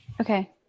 Okay